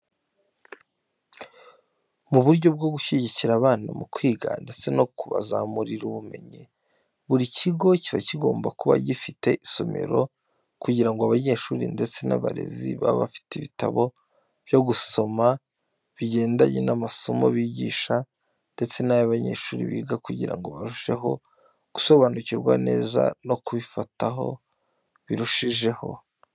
Mu buryo bwo gushyigikira abana mu kwiga ndetse no kubazamurira ubumenyi, buri kigo kiba kigomba kuba gifite isomero kugira ngo abanyeshuri ndetse n'abarezi babe bafite ibitabo byo gusoma bigendanye n'amasomo bigisha ndetse n'ayo abanyeshuri biga kugira ngo barusheho gusobanukirwa neza no kubifata birushijeho.